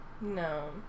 No